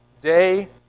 day